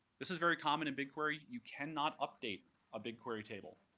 this is very common in bigquery. you cannot update a bigquery table.